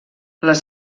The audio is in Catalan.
les